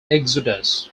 exodus